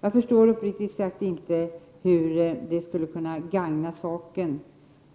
Jag förstår uppriktigt sagt inte hur det skulle kunna gagna saken